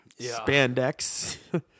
spandex